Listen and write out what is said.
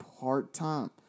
part-time